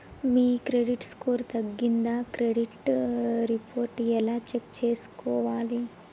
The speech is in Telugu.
మీ క్రెడిట్ స్కోర్ తగ్గిందా క్రెడిట్ రిపోర్ట్ ఎలా చెక్ చేసుకోవాలి?